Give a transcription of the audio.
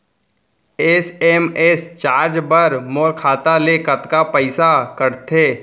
SMS charge बर मोर खाता ले कतका पइसा कटथे?